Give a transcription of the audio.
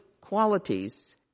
qualities